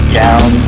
down